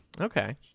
Okay